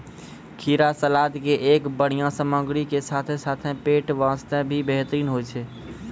खीरा सलाद के एक बढ़िया सामग्री के साथॅ साथॅ पेट बास्तॅ भी बेहतरीन होय छै